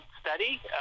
study